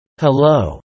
Hello